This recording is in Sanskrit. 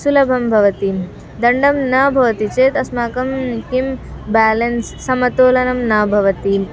सुलभं भवति दण्डः न भवति चेत् अस्माकं किं बेलेन्स् समतोलनं न भवति